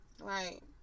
Right